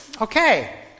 Okay